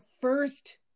first